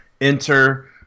enter